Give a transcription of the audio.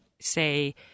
say